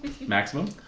maximum